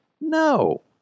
No